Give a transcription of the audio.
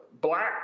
Black